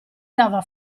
dava